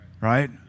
Right